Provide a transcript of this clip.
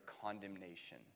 condemnation